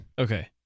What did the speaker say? Okay